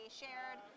shared